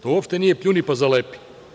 To uopšte nije pljuni pa zalepi.